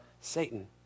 Satan